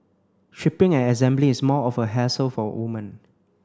stripping and assembly is more of a hassle for women